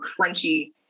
crunchy